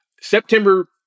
September